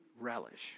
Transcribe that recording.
relish